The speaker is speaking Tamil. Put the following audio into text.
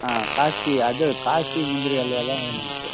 ஆ காசி அது காசி முந்திரி அல்வா தான் வேணும் எனக்கு